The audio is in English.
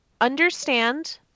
understand